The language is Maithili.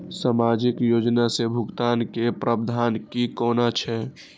सामाजिक योजना से भुगतान के प्रावधान की कोना छै?